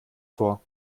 vor